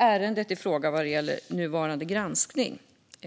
ärendet i fråga vad gäller nuvarande granskning.